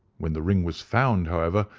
when the ring was found, however,